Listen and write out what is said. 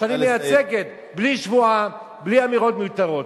שאני מייצגת, בלי שבועה, בלי אמירות מיותרות.